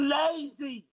lazy